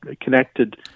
connected